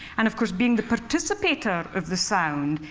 and of course, being the participator of the sound,